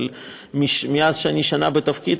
אני שנה בתפקיד,